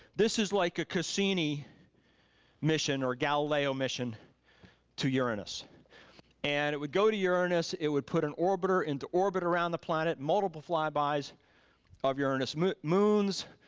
this is like a cassini mission, or galileo mission to uranus and it would go to uranus, it would put an orbiter into orbit around the planet, multiple flybys of uranus, moons,